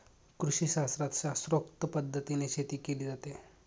कृषीशास्त्रात शास्त्रोक्त पद्धतीने शेती केली जाते